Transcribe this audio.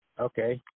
Okay